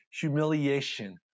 humiliation